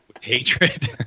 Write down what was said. Hatred